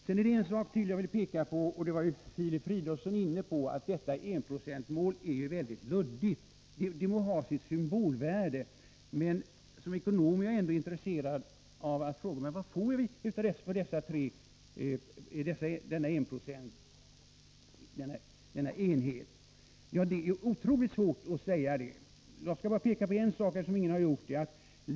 Det är en sak till jag vill peka på — Filip Fridolfsson var också inne på den — nämligen att enprocentsmålet är väldigt luddigt. Det må ha sitt symbolvärde, men som ekonom är jag ändå intresserad av att fråga mig: Vad får vi då för denna enhet? Det är otroligt svårt att säga det. Jag skall bara peka på en sak, eftersom ingen har gjort det.